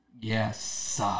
Yes